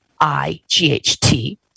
I-G-H-T